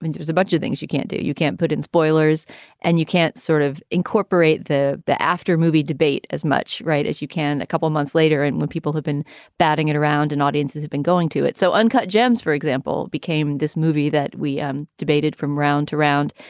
there's a bunch of things you can't do. you can't put in spoilers and you can't sort of incorporate the the after movie debate as much right as you can. a couple of months later and when people have been batting it around and audiences have been going to it. so uncut gems, for example, became this movie that we um debated from round to round.